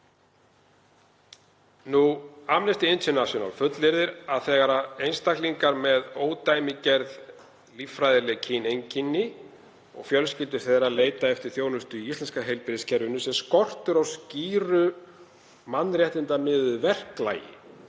Amnesty International fullyrðir að þegar einstaklingar með ódæmigerð líffræðileg kyneinkenni og fjölskyldur þeirra leita eftir þjónustu í íslenska heilbrigðiskerfinu sé þar skortur á skýru mannréttindamiðuðu verklagi